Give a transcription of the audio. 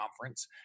conference